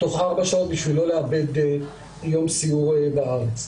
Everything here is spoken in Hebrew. תוך 4 שעות וזאת כדי לא לאבד יום סיור בארץ.